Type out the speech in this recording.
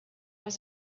was